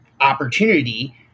opportunity